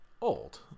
old